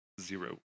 Zero